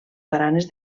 baranes